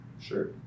sure